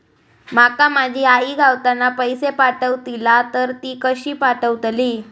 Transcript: माका माझी आई गावातना पैसे पाठवतीला तर ती कशी पाठवतली?